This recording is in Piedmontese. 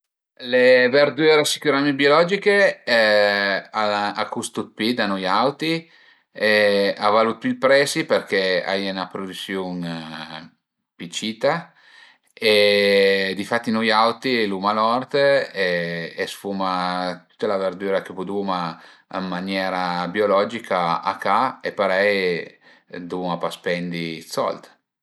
Le verdüre sicürament biologiche al an a custu dë pi da nui auti e a valu pi ël presi përché a ie 'na prudüsiun pi cita e difatti nui auti l'uma l'ort e s'fuma tüta la verdüra chë puduma ën maniera biologica a ca e parei duvuma pa spendi dë sold